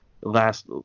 last